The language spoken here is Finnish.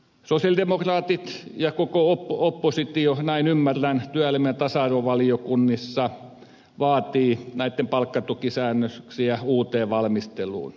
sosialidemokraatit ja koko oppositio näin ymmärrän työelämä ja tasa arvovaliokunnassa vaativat näitä palkkatukisäännöksiä uuteen valmisteluun